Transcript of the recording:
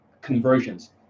conversions